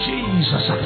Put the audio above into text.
Jesus